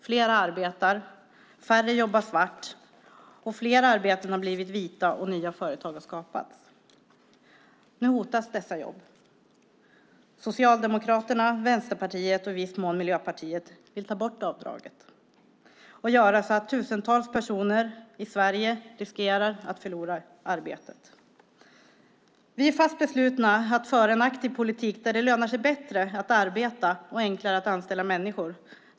Fler arbetar, färre jobbar svart, fler arbeten har blivit vita och nya företag har skapats. Nu hotas dessa jobb. Socialdemokraterna, Vänsterpartiet och i viss mån Miljöpartiet vill ta bort avdraget och göra så att tusentals personer i Sverige riskerar att förlora arbetet. Vi är fast beslutna att föra en aktiv politik där det lönar sig bättre att arbeta och är enklare att anställa människor.